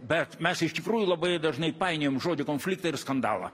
bet mes iš tikrųjų labai dažnai painiojam žodį konfliktą ir skandalą